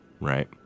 right